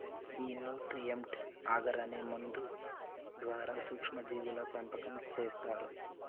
ఈ nutrient agar అనే మందు ద్వారా సూక్ష్మ జీవుల పెంపకం చేస్తారు